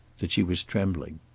that she was trembling.